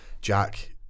Jack